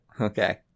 Okay